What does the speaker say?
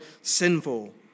sinful